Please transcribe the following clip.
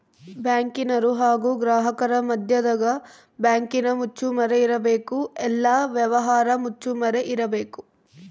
ಬ್ಯಾಂಕಿನರು ಹಾಗು ಗ್ರಾಹಕರ ಮದ್ಯದಗ ಬ್ಯಾಂಕಿನ ಮುಚ್ಚುಮರೆ ಇರಬೇಕು, ಎಲ್ಲ ವ್ಯವಹಾರ ಮುಚ್ಚುಮರೆ ಇರಬೇಕು